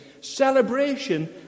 celebration